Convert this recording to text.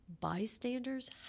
bystanders